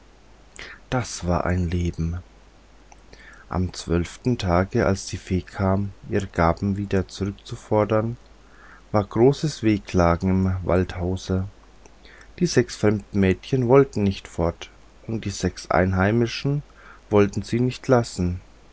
das war ein leben am zwölften tage als die fee kam ihre gaben wieder zurückzufordern war großes wehklagen im waldhause die sechs fremden mädchen wollten nicht fort und die sechs einheimischen wollten sie nicht lassen